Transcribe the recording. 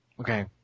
Okay